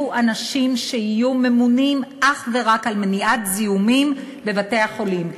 יהיו אנשים שיהיו ממונים אך ורק על מניעת זיהומים בבתי-החולים.